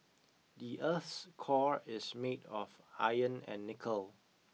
the earth's core is made of iron and nickel